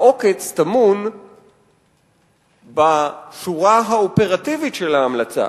העוקץ טמון בשורה האופרטיבית של ההמלצה.